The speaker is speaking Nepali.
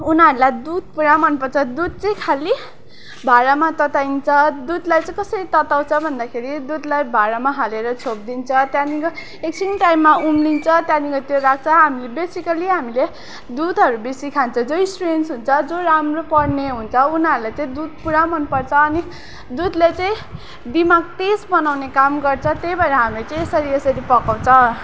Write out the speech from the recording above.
उनीहरूलाई दुध पुरा मनपर्छ दुध चाहिँ खालि भाँडामा तताइन्छ दुधलाई चाहिँ कसरी तताउँछ भन्दाखेरि दुधलाई भाँडामा हालेर छोपिदिन्छ त्यहाँदेखिको एकछिन टाइममा उम्लिन्छ त्यहाँदेखि त्यो राख्छ हामी बेसिकल्ली हामीले दुधहरू बेसी खान्छ जो स्टुडेन्ट हुन्छ जो राम्रो पढ्ने हुन्छ उनीहरूले चाहिँ दुध पुरा मनपर्छ अनि दुधले चाहिँ दिमाग तेज बनाउने काम गर्छ त्यही भएर हामी चाहिँ यसरी यसरी पकाउँछ